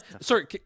sorry